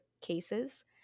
cases